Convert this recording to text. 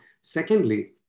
Secondly